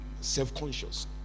self-conscious